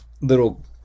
little